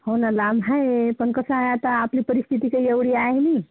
हो ना लांब आहे पण कसं आहे आता आपली परिस्थिती काही एवढी आहे नाही